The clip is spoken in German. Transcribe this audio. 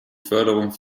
förderung